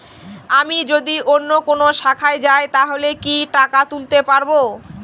আমি যদি অন্য কোনো শাখায় যাই তাহলে কি টাকা তুলতে পারব?